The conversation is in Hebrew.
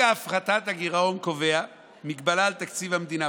הפחתת הגירעון קובע מגבלה על תקציב המדינה,